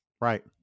right